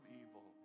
evil